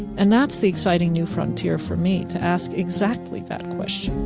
and that's the exciting new frontier for me, to ask exactly that question